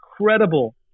incredible